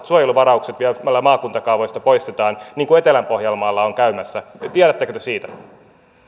suojeluvaraukset vielä maakuntakaavoista poistetaan niin kuin etelä pohjanmaalla on käymässä tiedättekö te siitä